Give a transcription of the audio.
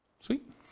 Sweet